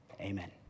amen